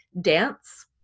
dance